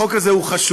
החוק הזה חשוב,